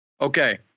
Okay